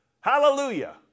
Hallelujah